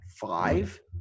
five